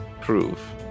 prove